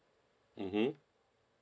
mmhmm